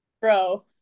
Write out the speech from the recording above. bro